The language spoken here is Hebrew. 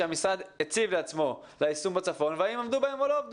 שהמשרד הציב לעצמו ליישום בצפון והאם הם עמדו בהם או לא.